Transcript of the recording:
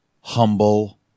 humble